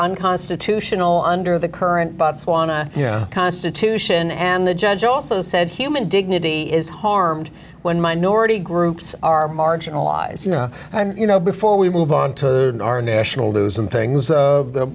unconstitutional under the current botswana yeah constitution and the judge also said human dignity is harmed when minority groups are marginalized and you know before we move on to our national news and things